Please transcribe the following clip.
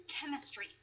chemistry